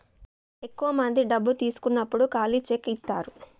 ఎక్కువ మంది డబ్బు తీసుకున్నప్పుడు ఖాళీ చెక్ ఇత్తారు